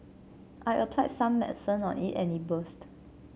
I applied some medicine on it and it burst